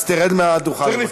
אז תרד מהדוכן, בבקשה.